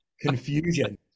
confusion